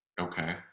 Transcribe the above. Okay